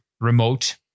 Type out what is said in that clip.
remote